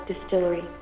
Distillery